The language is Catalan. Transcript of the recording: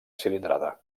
cilindrada